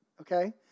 Okay